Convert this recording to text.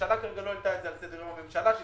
הממשלה לא העלתה את זה על סדר יומה.